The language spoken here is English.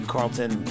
Carlton